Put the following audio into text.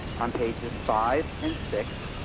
on pages five and six,